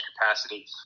capacity